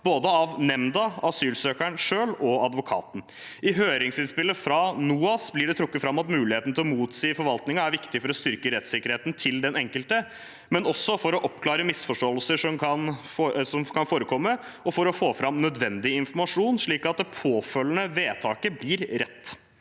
både nemnda, asylsøkeren selv og advokaten. I høringsinnspillet fra NOAS blir det trukket fram at muligheten til å motsi forvaltningen er viktig for å styrke rettssikkerheten til den enkelte, men også for å oppklare misforståelser som kan forekomme, og for å få fram nødvendig informasjon, slik at det påfølgende vedtaket blir rett.